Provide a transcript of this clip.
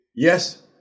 Yes